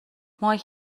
مایک